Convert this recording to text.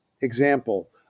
example